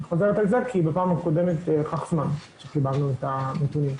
אני חוזרת על זה כי בפעם הקודמת לקח זמן עד שקיבלנו את הנתונים.